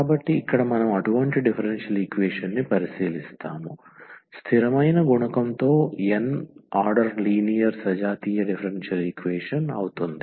కాబట్టి ఇక్కడ మనం అటువంటి డిఫరెన్షియల్ ఈక్వేషన్ ని పరిశీలిస్తాము స్థిరమైన గుణకంతో n వ ఆర్డర్ లీనియర్ సజాతీయ డిఫరెన్షియల్ ఈక్వేషన్ అవుతుంది